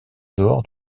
dehors